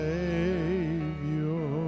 Savior